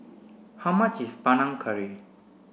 how much is Panang Curry